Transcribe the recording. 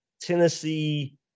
Tennessee